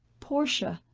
portia,